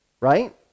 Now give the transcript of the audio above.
right